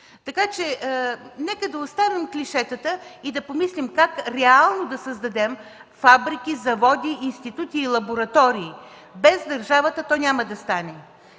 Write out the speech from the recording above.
Така че нека да оставим клишетата и да помислим как реално да създадем фабрики, заводи, институти и лаборатории. Без държавата то няма да стане.